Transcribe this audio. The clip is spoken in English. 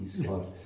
God